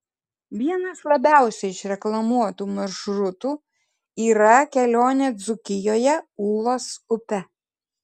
vienas labiausiai išreklamuotų maršrutų yra kelionė dzūkijoje ūlos upe